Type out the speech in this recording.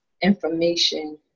information